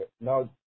Now